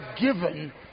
given